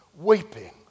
weeping